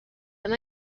خوبه